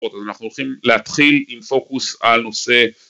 אז אנחנו הולכים להתחיל עם פוקוס על נושא